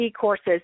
courses